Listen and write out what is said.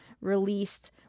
released